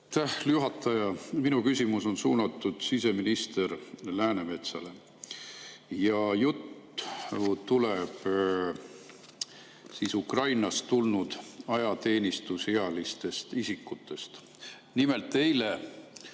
Aitäh, juhataja! Minu küsimus on suunatud siseminister Läänemetsale. Juttu tuleb Ukrainast tulnud ajateenistusealistest isikutest. Nimelt eile